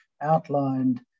outlined